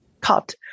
cut